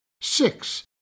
Six